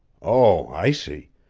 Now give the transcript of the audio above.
oh, i see!